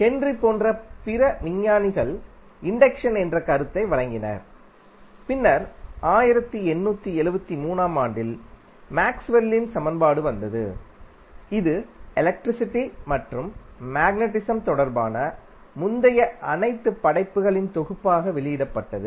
Henry போன்ற பிற விஞ்ஞானிகள் இண்டக்ஷன் என்ற கருத்தை வழங்கினர் பின்னர் 1873 ஆம் ஆண்டில் மேக்ஸ்வெல்லின் சமன்பாடு Maxwell's equation வந்தது இது எலக்ட்ரிசிட்டி மற்றும் மேக்னடிஸம் தொடர்பான முந்தைய அனைத்து படைப்புகளின் தொகுப்பாக வெளியிடப்பட்டது